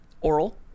oral